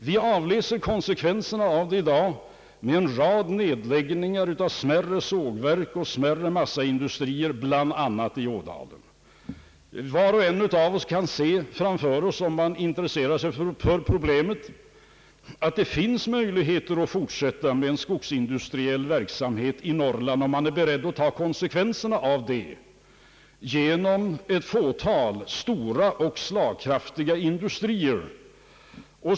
Vi avläser konsekvenserna av det i dag i form av en rad nedläggningar av smärre sågverk och smärre massaindustrier, bl.a. i Ådalen. Var och en av oss kan se framför sig, om vi intresserar oss för problemet, att det finns möjligheter att fortsätta med en skogsindustriell verksamhet i Norrland, om man är beredd att ta konsekvenserna, genom ett fåtal stora och slagkraftiga industrier.